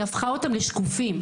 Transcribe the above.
היא הפכה אותם לשקופים,